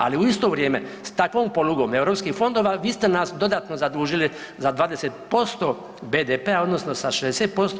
Ali u isto vrijeme s takvom polugom Europskih fondova vi ste nas dodatno zadužili za 20% BDP-a odnosno sa 60%